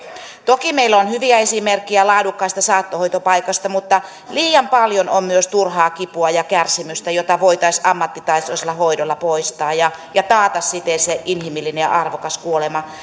toki meillä on hyviä esimerkkejä laadukkaista saattohoitopaikoista mutta liian paljon on myös turhaa kipua ja kärsimystä jota voitaisiin ammattitaitoisella hoidolla poistaa ja ja taata siten se inhimillinen ja arvokas kuolema